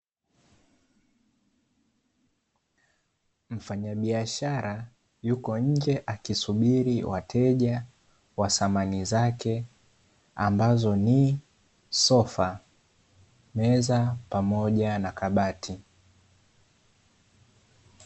Mfanyabiashara yuko nje akisubiri wateja wa thamani zake, ambazo ni; sofa, meza pamoja na kabati.